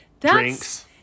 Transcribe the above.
drinks